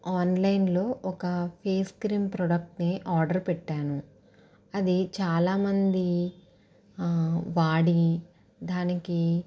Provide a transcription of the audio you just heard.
ఆన్లైన్లో ఒక face cream product ని ఆర్డర్ పెట్టాను అది చాలామంది వాడి దానికి